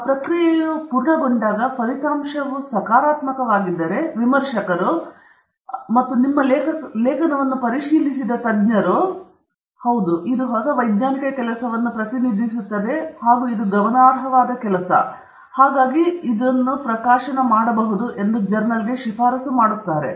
ಮತ್ತು ಆ ಪ್ರಕ್ರಿಯೆಯು ಪೂರ್ಣಗೊಂಡಾಗ ಫಲಿತಾಂಶವು ಸಕಾರಾತ್ಮಕವಾಗಿದ್ದರೆ ವಿಮರ್ಶಕರು ಅರ್ಥ ನಿಮ್ಮ ಲೇಖನವನ್ನು ಪರಿಶೀಲಿಸಿದ ತಜ್ಞರು ಅವರು ಲೇಖನದಲ್ಲಿ ಸಂತೋಷವಾಗಿದ್ದರೆ ಅದು ಹೊಸ ವೈಜ್ಞಾನಿಕ ಕೆಲಸವನ್ನು ಪ್ರತಿನಿಧಿಸುತ್ತದೆ ಮತ್ತು ಇದು ಗಮನಾರ್ಹವಾದ ಕೆಲಸ ನಂತರ ಅವರು ಈ ಪ್ರಕಾಶನವನ್ನು ಪ್ರಕಟಿಸುತ್ತಿದ್ದಾರೆ ಎಂದು ಜರ್ನಲ್ಗೆ ಶಿಫಾರಸು ಮಾಡುತ್ತಾರೆ